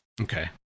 okay